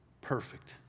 perfect